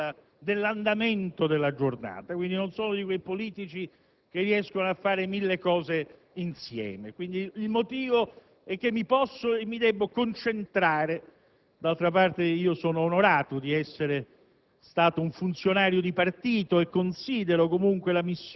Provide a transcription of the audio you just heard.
quell'importanza e quella disciplina che un'Aula di questo genere richiede. Aggiungo che non riesco a fare molte cose, anche perché, come mi dice sempre il dottore, sono una persona che se ne porta appresso un'altra sopra le spalle,